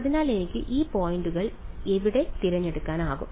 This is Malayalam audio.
അതിനാൽ എനിക്ക് ഈ പോയിന്റുകൾ എവിടെ തിരഞ്ഞെടുക്കാനാകും